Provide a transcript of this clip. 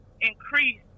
increase